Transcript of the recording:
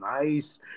nice